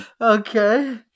Okay